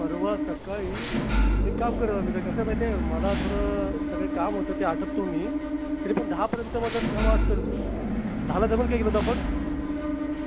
परवा सकाळी एक काम करू कसं आहे माहीत आहे मला थोडं सकाळी काम होतं ते आटपतो मी तरी पण दहापर्यंत माझं ते काम आटपेल ते दहाला जमेल का गेलो तर आपण